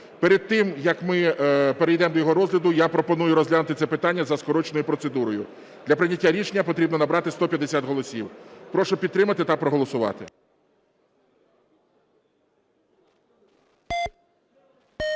Перед тим як ми перейдемо до його розгляду, я пропоную розглянути це питання за скороченою процедурою. Для прийняття рішення потрібно набрати 150 голосів. Прошу підтримати та проголосувати. 11:21:30